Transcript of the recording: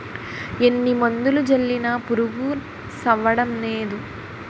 ఎన్ని మందులు జల్లినా పురుగు సవ్వడంనేదు